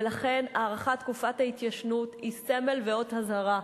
ולכן הארכת תקופת ההתיישנות היא סמל ואות אזהרה: